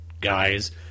Guys